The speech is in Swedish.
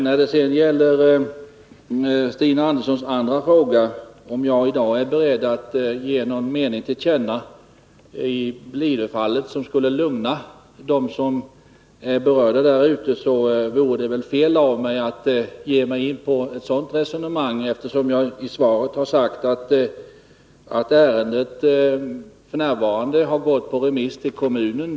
När det gäller Stina Anderssons andra fråga, om jag i dag är beredd att ge någon mening till känna i Blidöfallet som skulle lugna dem som är berörda där ute, så vore det fel av mig att ge mig in på ett sådant resonemang. Jag sade ju i svaret att ärendet f. n. har gått på remiss till kommunen.